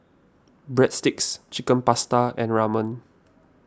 Breadsticks Chicken Pasta and Ramen